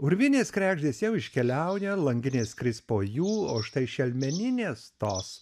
urvinės kregždės jau iškeliauja langinės skris po jų o štai šelmeninės tos